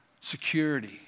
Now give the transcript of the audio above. security